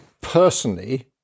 personally